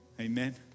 Amen